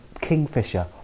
kingfisher